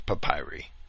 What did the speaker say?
papyri